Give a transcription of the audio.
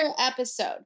episode